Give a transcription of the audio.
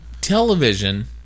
Television